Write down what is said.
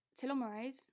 telomerase